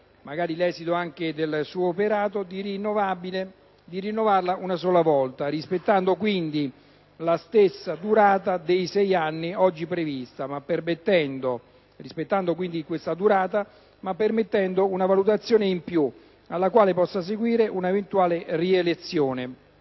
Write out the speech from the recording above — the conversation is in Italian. anche l’esito del suo operato, di rinnovarlo una sola volta, rispettando quindi la stessa durata di sei anni oggi prevista, ma permettendo una valutazione in piu, alla quale possa seguire un’eventuale rielezione.